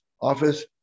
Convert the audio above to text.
office